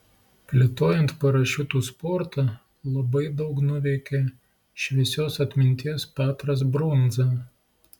plėtojant parašiutų sportą labai daug nuveikė šviesios atminties petras brundza